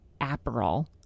Aperol